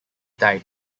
died